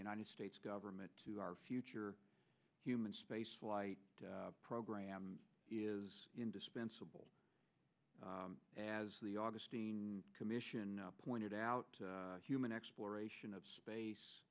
united states government to our future human spaceflight program is indispensable as the august commission pointed out human exploration of space